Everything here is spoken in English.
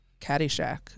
Caddyshack